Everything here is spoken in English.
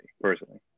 personally